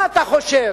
מה אתה חושב,